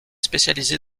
spécialisé